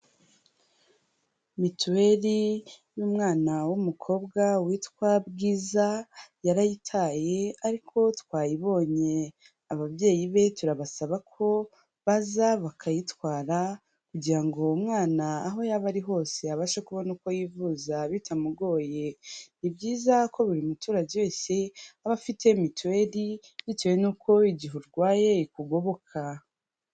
Mituweri y'umwana w'umukobwa witwa Bwiza, yarayitaye ariko twayibonye. Ababyeyi be turabasaba ko baza bakayitwara kugira ngo uwo mwana aho yaba ari hose abashe kubona uko yivuza bitamugoye. Ni byiza ko buri muturage wese aba afite mituweri, bitewe n'uko igihe urwaye ikugoboka.